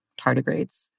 tardigrades